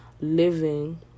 living